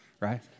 right